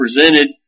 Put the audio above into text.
presented